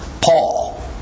Paul